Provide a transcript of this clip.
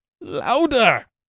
Louder